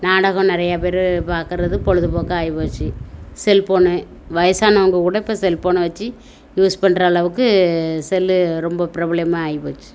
நாடகம் நிறைய பேர் பார்க்கறது பொழுதுபோக்கா ஆயிப்போச்சு செல்போன் வயசானவங்க கூட இப்போ செல்போனை வச்சி யூஸ் பண்ணுற அளவுக்கு செல் ரொம்ப ப்ரபலயமாக ஆயிப்போச்சு